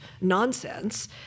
nonsense